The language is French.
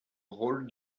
rôle